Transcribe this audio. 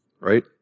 right